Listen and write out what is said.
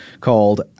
called